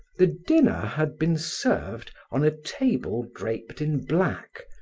the dinner had been served on a table draped in black,